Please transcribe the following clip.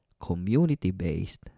community-based